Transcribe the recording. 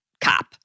cop